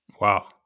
Wow